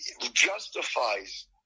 justifies